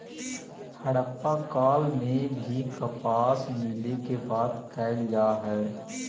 हड़प्पा काल में भी कपास मिले के बात कहल जा हई